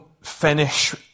finish